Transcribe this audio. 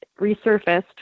resurfaced